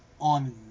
on